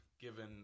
given